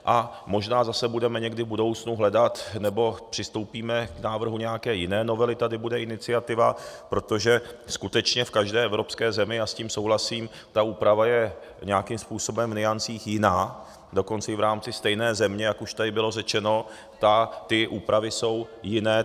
A možná zase budeme někdy v budoucnu hledat, nebo přistoupíme, k návrhu nějaké jiné novely tady bude iniciativa, protože skutečně v každé evropské zemí, já s tím souhlasím, ta úprava je nějakým způsobem v nuancích jiná, dokonce i v rámci stejné země, jak už tady bylo řečeno, ty úpravy jsou jiné.